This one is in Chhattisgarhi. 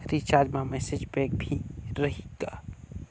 रिचार्ज मा मैसेज पैक भी रही का?